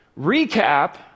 recap